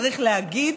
צריך להגיד,